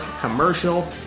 commercial